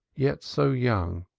yet so young,